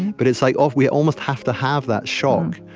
but it's like ah we almost have to have that shock.